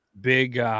big